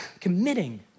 committing